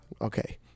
Okay